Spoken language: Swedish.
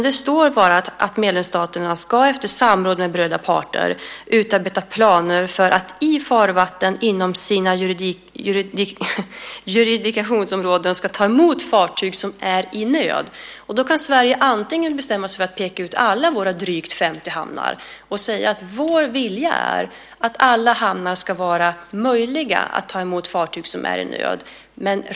Det står bara att medlemsstaterna efter samråd med berörda parter ska utarbeta planer för att i farvatten inom sina jurisdiktionsområden kunna ta emot fartyg som är i nöd. Sverige kan då bestämma sig för att peka ut alla våra drygt 50 hamnar och säga att vår vilja är att alla hamnar ska vara möjliga när det gäller att ta emot fartyg i nöd.